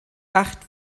acht